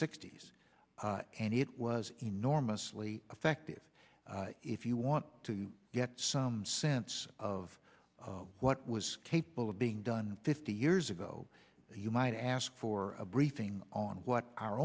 s and it was enormously effective if you want to get some sense of what was capable of being done fifty years ago you might ask for a briefing on what our